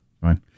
Right